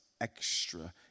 extra